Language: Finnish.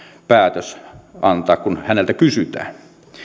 päätös antaa kun häneltä kysytään